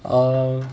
um